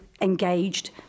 engaged